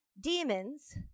demons